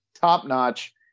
top-notch